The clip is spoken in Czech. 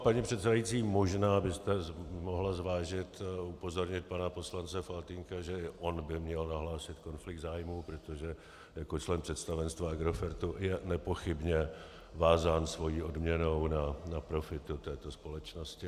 Paní předsedající, možná byste mohla zvážit upozornit pana poslance Faltýnka, že on by měl nahlásit konflikt zájmů, protože jako člen představenstva Agrofertu je nepochybně vázán svou odměnou na profitu této společnosti.